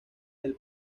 del